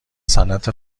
صنعت